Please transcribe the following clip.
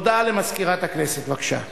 הודעה למזכירת הכנסת, בבקשה.